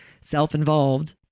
self-involved